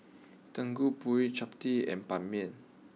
Gudeg Putih Chap Tee and Ban Mian